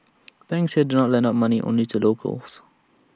banks here drawn lend out money only to locals